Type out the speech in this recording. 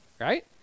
right